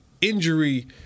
injury